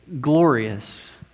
glorious